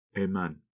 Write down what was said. Amen